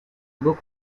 book